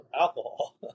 alcohol